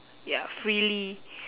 ya freely